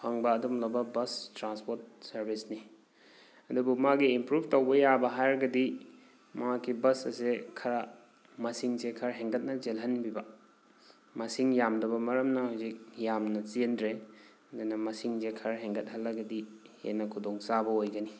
ꯐꯪꯕ ꯑꯗꯨꯒꯨꯝꯂꯕ bus transport ꯁꯔꯚꯤꯁꯅꯤ ꯑꯗꯨꯕꯨ ꯃꯥꯒꯤ ꯏꯝꯄ꯭ꯔꯨꯞ ꯇꯧꯕ ꯌꯥꯕ ꯍꯥꯏꯔꯒꯗꯤ ꯃꯍꯥꯛꯀꯤ ꯕꯁ ꯑꯁꯦ ꯈꯔ ꯃꯁꯤꯡꯁꯦ ꯈꯔ ꯍꯦꯟꯒꯠꯅ ꯆꯦꯜꯍꯟꯕꯤꯕ ꯃꯁꯤꯡ ꯌꯥꯝꯗꯕ ꯃꯔꯝꯅ ꯍꯧꯖꯤꯛ ꯌꯥꯝꯅ ꯆꯦꯟꯗ꯭ꯔꯦ ꯑꯗꯨꯅ ꯃꯁꯤꯡꯁꯦ ꯈꯔ ꯍꯦꯟꯒꯠꯍꯜꯂꯒꯗꯤ ꯍꯦꯟꯅ ꯈꯨꯗꯣꯡꯆꯥꯕ ꯑꯣꯏꯒꯅꯤ